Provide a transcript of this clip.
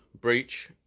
breach